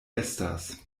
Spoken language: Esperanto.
estas